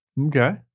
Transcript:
Okay